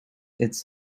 its